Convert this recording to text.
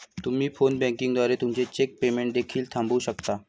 तुम्ही phone banking द्वारे तुमचे चेक पेमेंट देखील थांबवू शकता